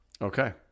Okay